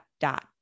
dot